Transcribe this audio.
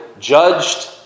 judged